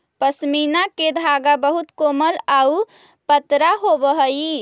पशमीना के धागा बहुत कोमल आउ पतरा होवऽ हइ